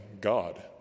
God